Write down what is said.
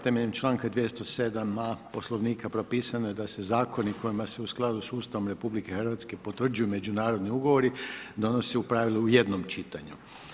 Temeljem članka 207. a Poslovnika propisano je da se zakoni kojima se u skladu sa Ustavom RH potvrđuju međunarodni ugovori, donose u pravilu u jednom čitanju.